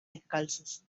descalzos